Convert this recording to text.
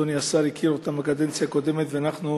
שאדוני השר הכיר בקדנציה הקודמת, ואנחנו